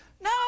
No